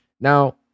Now